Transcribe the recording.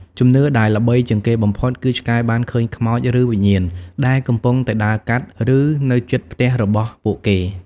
ជំនឿដែលល្បីជាងគេបំផុត គឺឆ្កែបាន ឃើញខ្មោច ឬវិញ្ញាណ ដែលកំពុងតែដើរកាត់ ឬនៅជិតផ្ទះរបស់ពួកគេ។